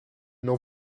n’en